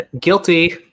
Guilty